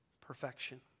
perfection